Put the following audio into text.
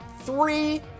three